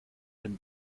den